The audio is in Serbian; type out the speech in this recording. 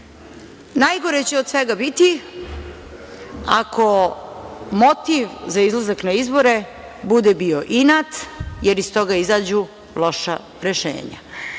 će od svega biti ako motiv za izlazak na izbore bude bio inat, jer iz toga izađu loša rešenja.